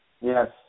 Yes